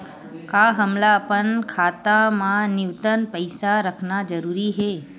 का हमला अपन खाता मा न्यूनतम पईसा रखना जरूरी हे?